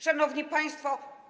Szanowni Państwo!